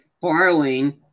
borrowing